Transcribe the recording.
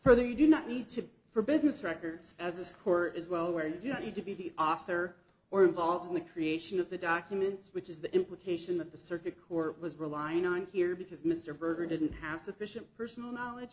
they do not need to for business records as a score is well where you need to be the author or involved in the creation of the documents which is the implication of the circuit court was relying on here because mr berger didn't have sufficient personal knowledge